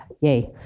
yay